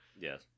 yes